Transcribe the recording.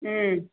ம்